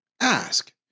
ask